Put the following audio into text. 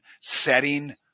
setting